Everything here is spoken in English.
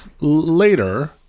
later